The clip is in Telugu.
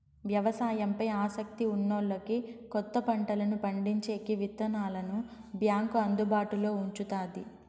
వ్యవసాయం పై ఆసక్తి ఉన్నోల్లకి కొత్త పంటలను పండించేకి విత్తనాలను బ్యాంకు అందుబాటులో ఉంచుతాది